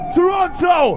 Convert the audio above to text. Toronto